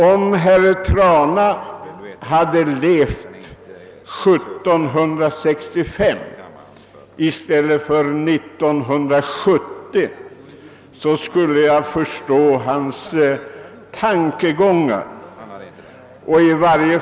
Om herr Trana hade levt 1765 i stället för 1970 skulle jag förstå hans tankegångar.